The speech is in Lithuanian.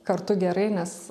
kartu gerai nes